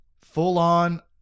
full-on